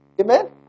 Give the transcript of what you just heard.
Amen